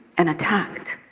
and attacked.